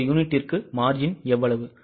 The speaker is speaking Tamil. ஒரு யூனிட்டுக்கு margin எவ்வளவு